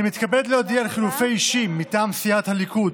אני מתכבד להודיע על חילופי אישים מטעם סיעת הליכוד.